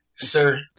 Sir